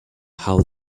how